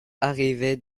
arrivait